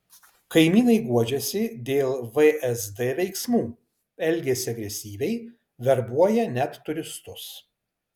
kaimynai guodžiasi dėl vsd veiksmų elgiasi agresyviai verbuoja net turistus